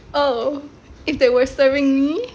oh if they were serving me